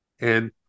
And-